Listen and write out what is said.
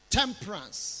temperance